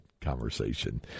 conversation